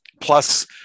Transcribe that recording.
Plus